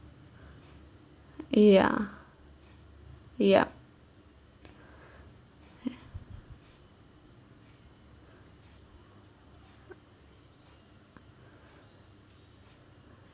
ya yup ya